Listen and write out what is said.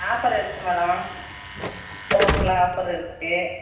offer இருக்குது madam ஃபோன்கெலாம் offer இருக்குது